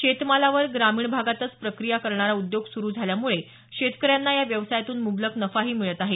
शेतमालावर ग्रामीण भागातच प्रक्रिया करणारा उद्योग सुरू झाल्यामुळे शेतकऱ्यांना या व्यवसायातून मुबलक नफाही मिळत आहे